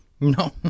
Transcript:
No